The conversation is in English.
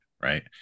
right